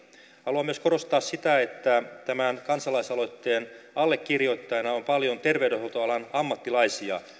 haluan myös korostaa sitä että tämän kansalaisaloitteen allekirjoittajina on paljon terveydenhoitoalan ammattilaisia